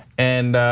and